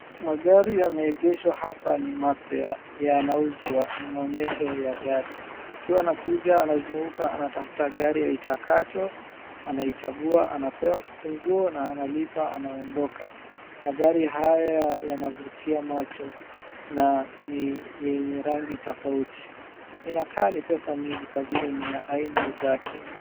Magari yameegeshwa hapa ni mapya, yanauzwa, ni maonyesho ya gari, mtu anakuja anazunguka anatafuta gari aitakayo, anaichagua, anapewa kifunguo, na analipa anaondoka. Magari haya yanavutia macho na ni yenye rangi tofauti. Inakaa ni pesa mingi kwa vile ni ya aina zake.